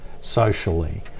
socially